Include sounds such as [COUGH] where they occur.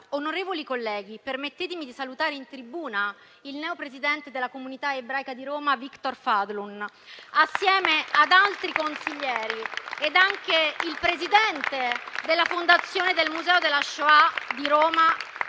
Onorevoli colleghi, permettetemi di salutare in tribuna il neopresidente della comunità ebraica di Roma, Victor Fadlun, [APPLAUSE] assieme ad altri consiglieri, ed anche il presidente della Fondazione del Museo della Shoah di Roma,